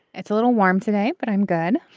it's a little warm today but i'm good.